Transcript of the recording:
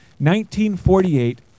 1948